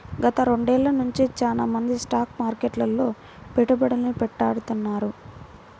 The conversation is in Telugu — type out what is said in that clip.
గత రెండేళ్ళ నుంచి చానా మంది స్టాక్ మార్కెట్లో పెట్టుబడుల్ని పెడతాన్నారు